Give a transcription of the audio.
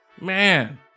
Man